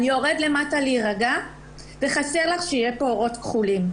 אני יורד למטה להירגע וחסר לך שיהיו פה אורות כחולים.